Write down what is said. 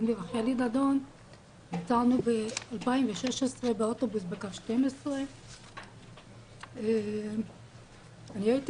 נסענו ב-2016 באוטובוס בקו 12. אני הייתי